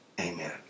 amen